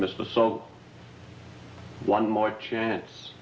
mr so one more chance